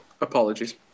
apologies